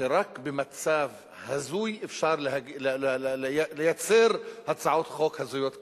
שרק במצב הזוי אפשר לייצר הצעות חוק הזויות כאלה.